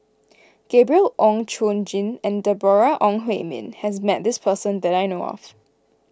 Gabriel Oon Chong Jin and Deborah Ong Hui Min has met this person that I know of